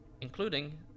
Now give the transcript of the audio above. including